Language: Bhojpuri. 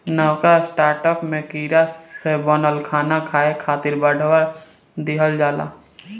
नवका स्टार्टअप में कीड़ा से बनल खाना खाए खातिर बढ़ावा दिहल जाता